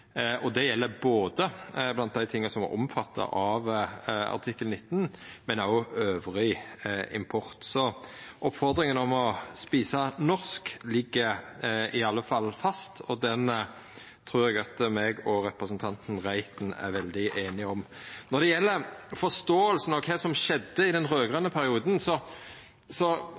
Det gjeld ikkje berre blant dei tinga som er omfatta av artikkel 19, men òg importen elles. Oppmodinga om å eta norsk ligg i alle fall fast, og den trur eg at representanten Reiten og eg er veldig einige om. Når det gjeld forståinga av kva som skjedde i den raud-grøne perioden,